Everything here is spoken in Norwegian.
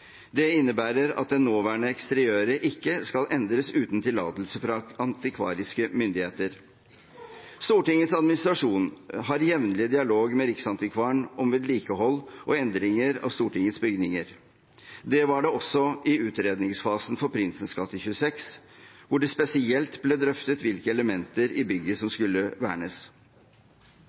Det innebærer at det nåværende eksteriøret ikke skal endres uten tillatelse fra antikvariske myndigheter. Stortingets administrasjon har jevnlig dialog med Riksantikvaren om vedlikehold og endringer av Stortingets bygninger. Det var det også i utredningsfasen for Prinsens gate 26, hvor det spesielt ble drøftet hvilke elementer i bygget som skulle vernes.